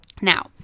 Now